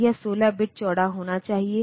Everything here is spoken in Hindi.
तो यह 16 बिट चौड़ा होना चाहिए